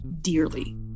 dearly